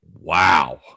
Wow